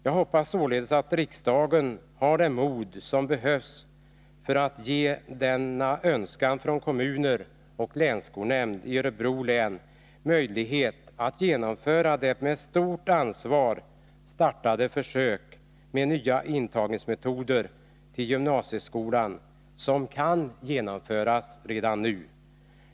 Jag hoppas således att riksdagen har det mod som behövs för att ge kommuner och länsskolnämnden i Örebro län den önskade möjligheten att genomföra det med stort ansvar startade försöket med nya metoder för intagning till gymnasieskolan, som nu kan genomföras.